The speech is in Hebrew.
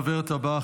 הדוברת הבאה,